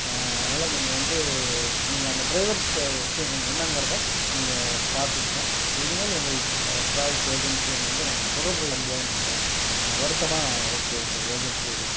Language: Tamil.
அதனால் நீங்கள் வந்து நீங்கள் அந்த ட்ரைவர்ஸு விஷயங்கள் என்னெங்கிறத நீங்கள் பார்த்துக்குங்க இனிமேல் உங்கள் ட்ராவல்ஸ் ஏஜென்சியை நான் வந்து நான் தொடர்பு கொள்ள முடியாதுன்னு நினைக்கிறேன் வருத்தமாக இருக்குது உங்கள் ஏஜென்சி